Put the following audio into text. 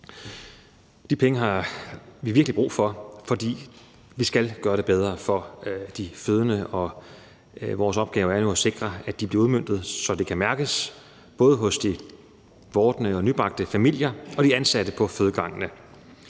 De penge har vi virkelig brug for, for vi skal gøre det bedre for de fødende. Vores opgave er jo at sikre, at pengene bliver udmøntet, så det kan mærkes, både hos de vordende og nybagte forældre og hos de ansatte på fødegangene.